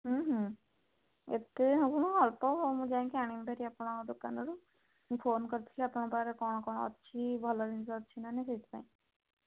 ଏତେ ଅଳ୍ପ ମୁଁ ଯାଇକି ଆଣିବି ହେରି ଆପଣଙ୍କ ଦୋକାନରୁ ମୁଁ ଫୋନ୍ କରିଥିଲି ଆପଣଙ୍କ ପାଖରେ କ'ଣ କ'ଣ ଅଛି ଭଲ ଜିନିଷ ଅଛି ନା ନାହିଁ ସେଇଥିପାଇଁ